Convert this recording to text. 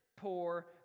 poor